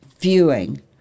viewing